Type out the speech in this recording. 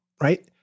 right